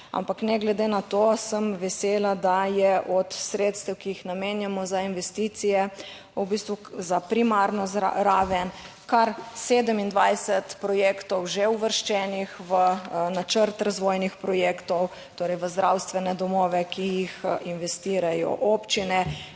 ampak ne glede na to sem vesela, da je od sredstev, ki jih namenjamo za investicije, v bistvu za primarno raven kar 27 projektov že uvrščenih v načrt razvojnih projektov, torej v zdravstvene domove, ki jih investirajo občine,